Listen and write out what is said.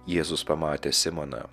jėzus pamatė simoną